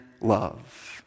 love